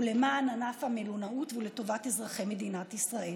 למען ענף המלונאות ולטובת אזרחי מדינת ישראל.